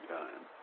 time